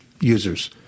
users